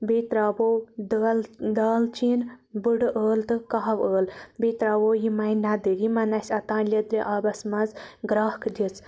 بیٚیہِ ترٛاوو دٲلہ دالچیٖن بٕڈٕ ٲلہٕ تہٕ کہوٕ ٲلہٕ بیٚیہِ ترٛاوو یِمے نَدٕرۍ یِمَن اَسہِ اوٚتانۍ لیٚدرِ آبَس مَنٛز گرٛیکھ دِژ